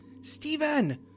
Stephen